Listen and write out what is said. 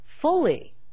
Fully